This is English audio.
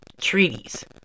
treaties